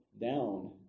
down